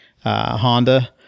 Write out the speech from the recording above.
Honda